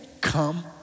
come